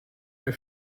mehr